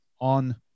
on